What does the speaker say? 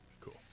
Cool